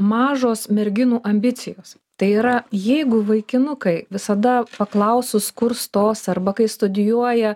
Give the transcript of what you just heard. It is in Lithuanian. mažos merginų ambicijos tai yra jeigu vaikinukai visada paklausus kur stos arba kai studijuoja